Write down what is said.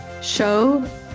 show